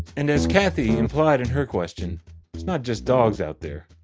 and as kathy implied in her question, it's not just dogs out there.